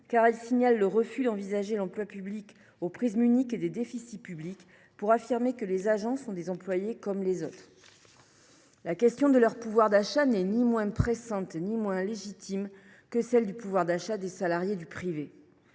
car elle signale le refus d’envisager l’emploi public sous l’unique prisme des déficits publics. Il est ainsi affirmé que les agents sont des employés comme les autres. La question de leur pouvoir d’achat n’est ni moins pressante ni moins légitime que celle du pouvoir d’achat des salariés du privé.